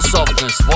Softness